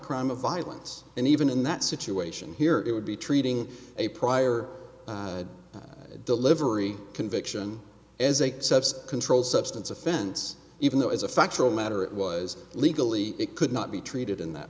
crime of violence and even in that situation here it would be treating a prior delivery conviction as a subset controlled substance offense even though as a factual matter it was legally it could not be treated in that